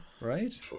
right